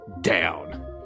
down